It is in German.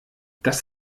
das